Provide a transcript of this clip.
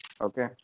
okay